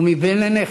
ומבן לנכד,